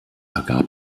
ergab